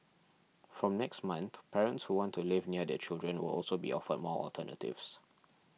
from next month parents who want to live near their children will also be offered more alternatives